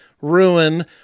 ruin